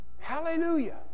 hallelujah